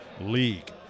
League